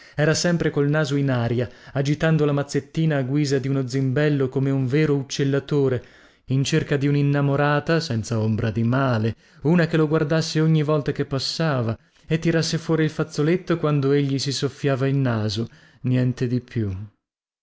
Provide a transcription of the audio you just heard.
era sempre col naso in aria agitando la mazzettina a guisa di uno zimbello come un vero uccellatore in cerca di uninnamorata senza ombra di male una che lo guardasse ogni volta che passava e tirasse fuori il fazzoletto quando egli si soffiava il naso niente di più